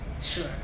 sure